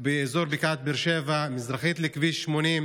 באזור בקעת באר שבע, מזרחית לכביש 80,